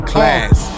Class